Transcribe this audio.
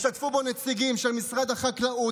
השתתפו בו נציגים של משרד החקלאות,